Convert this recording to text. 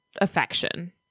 affection